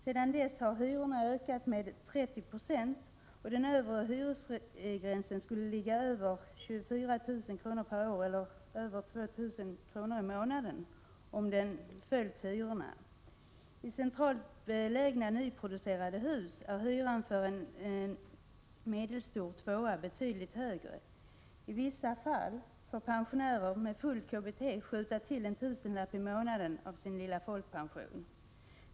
Sedan dess har hyrorna ökat med 30 96, och den övre hyresgränsen skulle ligga över 24 000 kr., eller över 2 000 kr./månad, om den följt hyrorna. I centralt belägna nyproducerade hus är hyran för en medelstor tvåa betydligt högre. I vissa fall får pensionärer med fullt KBT skjuta till en tusenlapp i månaden av sin lilla folkpension.